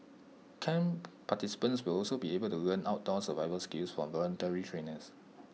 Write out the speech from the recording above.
camp participants will also be able to learn outdoor survival skills from voluntary trainers